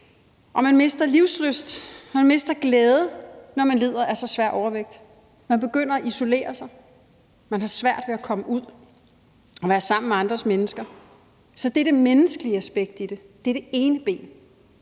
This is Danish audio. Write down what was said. Man mister livslyst, man mister glæde, når man lider af så svær overvægt. Man begynder at isolere sig. Man har svært ved at komme ud og være sammen med andre mennesker. Så det er det menneskelige aspekt i det. Det er det ene ben,